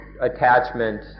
Attachment